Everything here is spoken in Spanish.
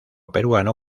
peruano